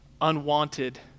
unwanted